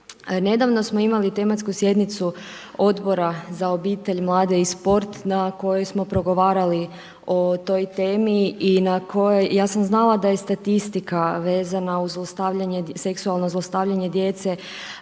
Nedavno samo imali tematsku sjednicu Odbora za obitelj, mlade i sport, na kojoj smo progovarali o toj temi i na kojoj, ja sam znala da je statistika vezana uz seksualno zlostavljanje djece